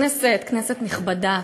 כנסת נכבדה,